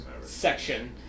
section